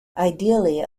ideally